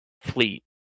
fleet